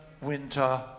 Winter